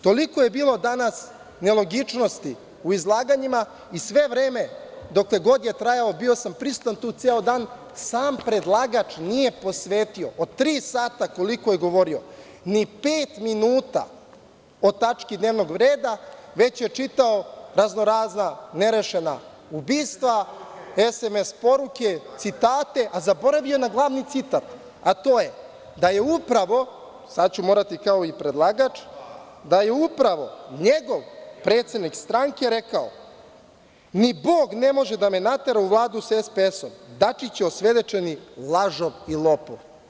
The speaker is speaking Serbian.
Toliko je bilo danas nelogičnosti u izlaganjima i sve vreme, dokle god je trajalo, bio sam prisutan tu ceo dan, sam predlagač nije posvetio, od tri sata, koliko je govorio, ni pet minuta o tački dnevnog reda, već je čitao raznorazna nerešena ubistva, SMS poruke, citate, a zaboravio je na glavni citat, a to je da je upravo, sada ću morati kao i predlagač, da je upravo njegov predsednik stranke rekao – ni Bog ne može da me natera u Vladu sa SPS, Dačić je osvedočeni lažov i lopov.